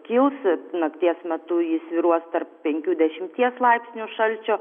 kils nakties metu ji svyruos tarp penkių dešimties laipsnių šalčio